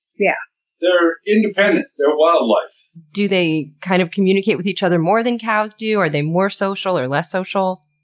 yeah they're independent. they're wildlife. do they kind of communicate with each other more than cows do? are they more social or less social?